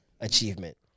achievement